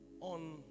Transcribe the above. on